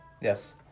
Yes